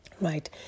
Right